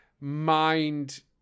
mind